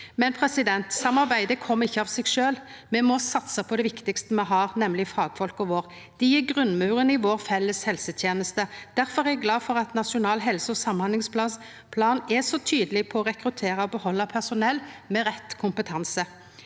før. Men samarbeid kjem ikkje av seg sjølv. Me må satsa på det viktigaste me har, nemleg fagfolka våre. Dei er grunnmuren i vår felles helseteneste. Difor er eg glad for at Na sjonal helse- og samhandlingsplan er så tydeleg på å rekruttera og behalda personell med rett kompetanse.